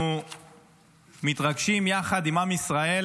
אנחנו מתרגשים יחד עם עם ישראל,